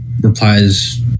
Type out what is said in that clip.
replies